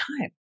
time